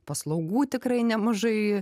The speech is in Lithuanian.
paslaugų tikrai nemažai